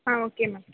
ah okay ma'am